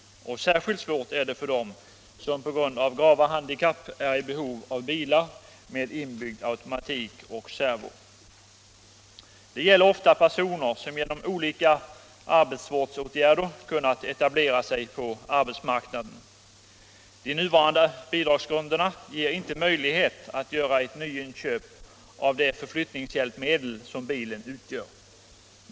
Särskilt svårt är det för dem som på grund av grava handikapp är i behov av bilar med inbyggd automatik och servo. Det gäller ofta personer som genom olika arbetsvårdsåtgärder kunnat etablera sig på arbetsmarknaden. De nuvarande bidragsgrunderna ger inte möjlighet att göra ett nyinköp av det förflyttningshjälpmedel som bilen utgör.